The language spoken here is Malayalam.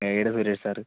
guide Suresh sir